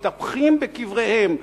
מתהפכים בקבריהם,